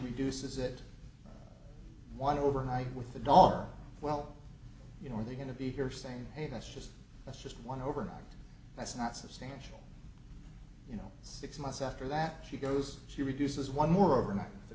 reduces it want to over night with the daughter well you know are they going to be here saying hey that's just that's just one overnight that's not substantial you know six months after that she goes she reduces one moreover not the